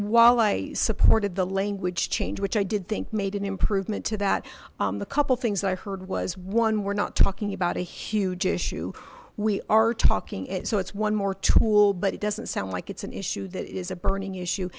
while i supported the language change which i did think made an improvement to that the couple things i heard was one we're not talking about a huge issue we are talking at so it's one more tool but it doesn't sound like it's an issue that is a burning issue